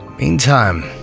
meantime